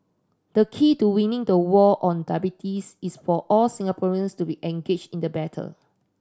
the key to winning the war on diabetes is for all Singaporeans to be engaged in the battle